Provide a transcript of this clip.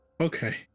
okay